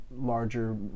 larger